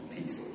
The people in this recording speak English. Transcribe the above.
Peace